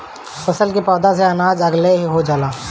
फसल के पौधा से अनाज अलगे हो जाला